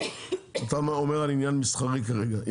אתה מדבר על עניין מסחרי כרגע.